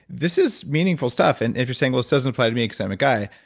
this is meaningful stuff. and if you're saying, well this doesn't apply to me because i'm a guy,